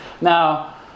Now